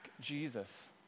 Jesus